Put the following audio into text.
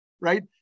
right